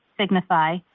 Signify